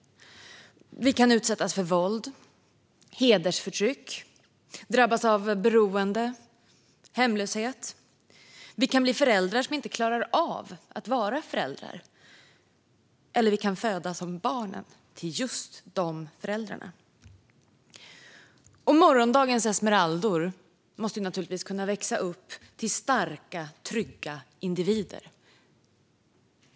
Vi kan utsättas för våld och hedersförtryck. Vi kan drabbas av beroende och hemlöshet. Vi kan bli föräldrar som inte klarar av att vara föräldrar, eller vi kan födas som barn till just de föräldrarna. Morgondagens Esmeraldor måste naturligtvis kunna växa upp till starka och trygga individer.